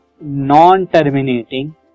non-terminating